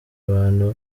abantu